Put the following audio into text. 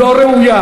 שר,